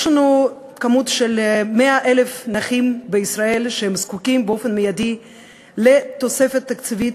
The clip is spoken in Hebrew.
יש לנו 100,000 נכים בישראל שזקוקים באופן מיידי לתוספת תקציבית,